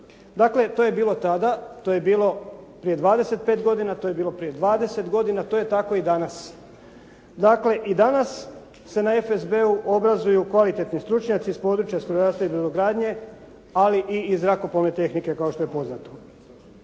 Dakle, to je bilo tada, to je bilo prije 25 godina, to je bilo prije 20 godina, to je tako i danas. Dakle, i danas se na FSB-u obrazuju kvalitetni stručnjaci s područja strojarstva i brodogradnje ali i zrakoplovne tehnike kao što je poznato.